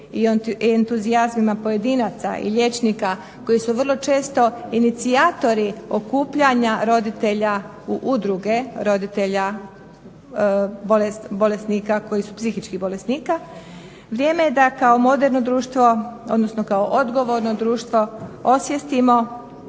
i entuzijazmima pojedinaca i liječnika koji su vrlo često inicijatori okupljanja roditelja u udruge roditelja bolesnika koji su, psihičkih bolesnika. Vrijeme je da kao moderno društvo, odnosno kao odgovorno društvo osvijestimo